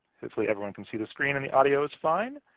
hopefully everyone can see the screen and the audio is fine.